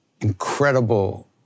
incredible